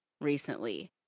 recently